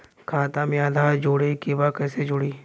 खाता में आधार जोड़े के बा कैसे जुड़ी?